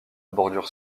bordure